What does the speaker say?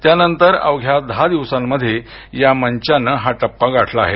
त्यानंतरनंतर अवघ्या दहा दिवसांमध्ये या मंचानं हा टप्पा गाठला आहे